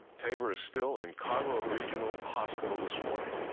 taber is still in conroe regional hospital this morning.